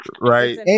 Right